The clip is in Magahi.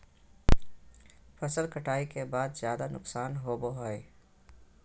फसल कटाई के बाद ज्यादा नुकसान होबो हइ